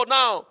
now